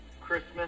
Christmas